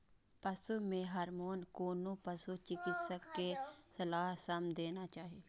पशु मे हार्मोन कोनो पशु चिकित्सक के सलाह सं देना चाही